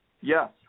Yes